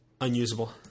unusable